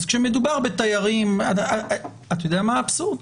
אתה יודע מה האבסורד?